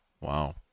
Wow